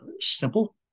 simple